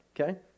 okay